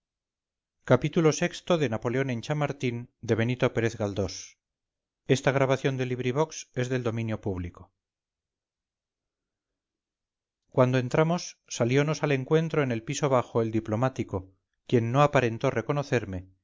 xxvii xxviii xxix napoleón en chamartín de benito pérez galdós cuando entramos salionos al encuentro en el piso bajo el diplomático quien no aparentó reconocerme